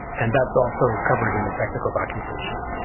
and that's also covered in the technical documentation.